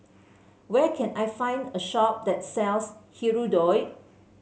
where can I find a shop that sells Hirudoid